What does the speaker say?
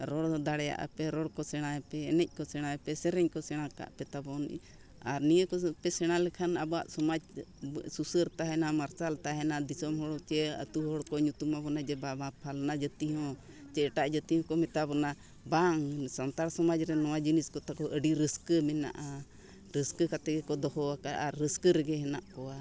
ᱨᱚᱲ ᱫᱟᱲᱮᱭᱟᱜᱼᱟ ᱯᱮ ᱨᱚᱲ ᱠᱚ ᱥᱮᱬᱟᱭ ᱯᱮ ᱮᱱᱮᱡ ᱠᱚ ᱥᱮᱬᱟᱭ ᱯᱮ ᱥᱮᱨᱮᱧ ᱠᱚ ᱥᱮᱬᱟ ᱠᱟᱜ ᱯᱮ ᱛᱟᱵᱚᱱ ᱟᱨ ᱱᱤᱭᱟᱹ ᱠᱚᱯᱮ ᱥᱮᱬᱟ ᱞᱮᱠᱷᱟᱱ ᱟᱵᱚᱣᱟᱜ ᱥᱚᱢᱟᱡ ᱥᱩᱥᱟᱹᱨ ᱛᱟᱦᱮᱱᱟ ᱢᱟᱨᱥᱟᱞ ᱛᱟᱦᱮᱱᱟ ᱫᱤᱥᱚᱢ ᱦᱚᱲ ᱪᱮ ᱟᱛᱳ ᱦᱚᱲ ᱠᱚ ᱧᱩᱛᱩᱢ ᱟᱵᱚᱱᱟ ᱡᱮ ᱵᱟᱵᱟ ᱯᱷᱟᱞᱱᱟ ᱡᱟᱹᱛᱤ ᱦᱚᱸ ᱪᱮᱫ ᱮᱴᱟᱜ ᱡᱟᱹᱛᱤ ᱦᱚᱸᱠᱚ ᱢᱮᱛᱟ ᱵᱚᱱᱟ ᱵᱟᱝ ᱥᱟᱱᱛᱟᱲ ᱥᱚᱢᱟᱡᱽ ᱨᱮ ᱱᱚᱣᱟ ᱡᱤᱱᱤᱥ ᱠᱚᱛᱟ ᱠᱚ ᱟᱹᱰᱤ ᱨᱟᱹᱥᱠᱟᱹ ᱢᱮᱱᱟᱜᱼᱟ ᱨᱟᱹᱥᱠᱟᱹ ᱠᱟᱛᱮᱜ ᱜᱮᱠᱚ ᱫᱚᱦᱚ ᱟᱠᱟᱫ ᱟᱨ ᱨᱟᱹᱥᱠᱟᱹ ᱨᱮᱜᱮ ᱦᱮᱱᱟᱜ ᱠᱚᱣᱟ